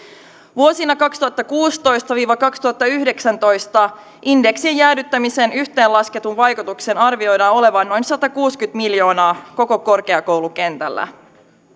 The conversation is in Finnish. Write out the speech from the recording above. vuosina kaksituhattakuusitoista viiva kaksituhattayhdeksäntoista indeksien jäädyttämisen yhteenlasketun vaikutuksen arvioidaan olevan noin satakuusikymmentä miljoonaa koko korkeakoulukentällä